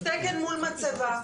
תקן מול מצבה.